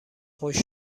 خشک